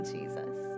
Jesus